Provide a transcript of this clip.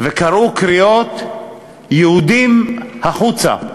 וקראו קריאות "יהודים החוצה".